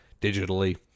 digitally